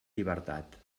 llibertat